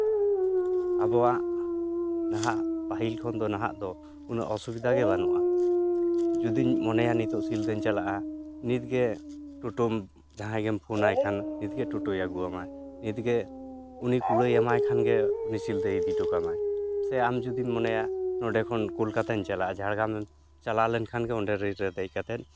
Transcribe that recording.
ᱟᱵᱚᱣᱟᱜ ᱱᱟᱦᱟᱜ ᱯᱟᱹᱦᱤᱞ ᱠᱷᱚᱱ ᱫᱚ ᱱᱟᱦᱟᱜ ᱫᱚ ᱩᱱᱟᱹᱜ ᱚᱥᱩᱵᱤᱫᱟ ᱜᱮ ᱵᱟᱹᱱᱩᱜᱼᱟ ᱡᱩᱫᱤᱧ ᱢᱚᱱᱮᱭᱟ ᱱᱤᱛᱳᱜ ᱥᱤᱞᱫᱟᱹᱧ ᱪᱟᱞᱟᱜᱼᱟ ᱱᱤᱛᱜᱮ ᱴᱳᱴᱳᱢ ᱡᱟᱦᱟᱸᱭᱜᱮᱢ ᱯᱷᱳᱱᱟᱭ ᱠᱷᱟᱱ ᱱᱤᱛᱜᱮ ᱴᱳᱴᱳᱭ ᱟᱜᱩᱣᱟᱢᱟ ᱱᱤᱛᱜᱮ ᱩᱱᱤ ᱠᱩᱲᱟᱹᱭ ᱮᱢᱟᱭ ᱠᱷᱟᱱᱜᱮ ᱥᱤᱞᱫᱟᱹᱭ ᱤᱫᱤ ᱦᱚᱴᱚ ᱠᱟᱢᱟᱭ ᱥᱮ ᱟᱢ ᱡᱩᱫᱤᱢ ᱢᱚᱱᱮᱭᱟ ᱱᱚᱸᱰᱮ ᱠᱷᱚᱱ ᱠᱳᱞᱠᱟᱛᱟᱧ ᱪᱟᱞᱟᱜᱼᱟ ᱡᱷᱟᱲᱜᱨᱟᱢᱮᱢ ᱪᱟᱞᱟᱣ ᱞᱮᱱᱠᱷᱟᱱᱜᱮ ᱚᱰᱮ ᱨᱮᱹᱞ ᱨᱮ ᱫᱮᱡ ᱠᱟᱛᱮ